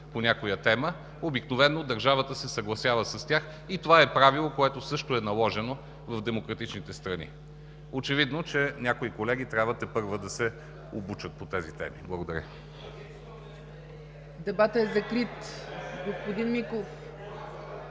по някоя тема, обикновено държавата се съгласява с тях и това е правило, което също е наложено в демократичните страни. Очевидно, че някои колеги трябва тепърва да се обучат по тези теми. Благодаря. (Реплики от БСП